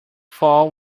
fall